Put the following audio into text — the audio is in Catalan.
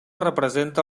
representa